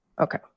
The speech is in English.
Okay